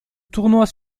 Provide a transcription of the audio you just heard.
tournois